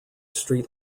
street